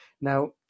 Now